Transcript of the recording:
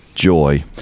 Joy